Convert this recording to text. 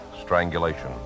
strangulation